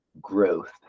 growth